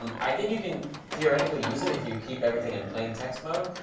um i think you can theoretically use it if you keep everything in plain text mode.